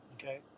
Okay